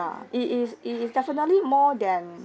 it is it is definitely more than